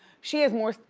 she has more,